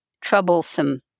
troublesome